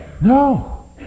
No